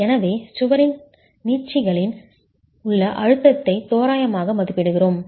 எனவே சுவரின் நீட்சிகளின் நீட்சிகளில் உள்ள அழுத்தத்தை தோராயமாக மதிப்பிடுகிறோம்